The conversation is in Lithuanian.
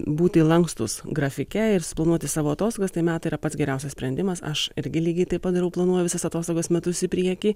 būti lankstūs grafike ir suplanuoti savo atostogas tai metai yra pats geriausias sprendimas aš irgi lygiai taip pat darau planuoju visas atostogas metus į priekį